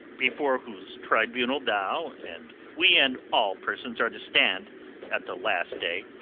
before whose tribunal thou and we and all persons are to stand at the last day,